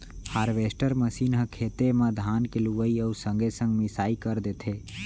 harvester machine ह खेते म धान के लुवई अउ संगे संग मिंसाई कर देथे